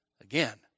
again